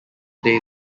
day